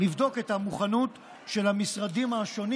לבדוק את המוכנות של המשרדים השונים